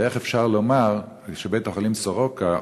איך אפשר לומר שבית-החולים סורוקה,